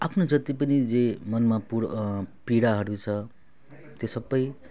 आफ्नो जति पनि जे मनमा पुरा पीडाहरू छ त्यो सब